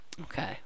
Okay